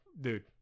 dude